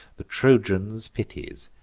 the trojans pities,